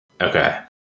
Okay